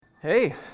Hey